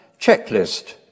checklist